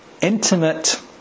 intimate